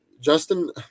Justin –